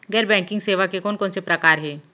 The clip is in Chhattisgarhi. गैर बैंकिंग सेवा के कोन कोन से प्रकार हे?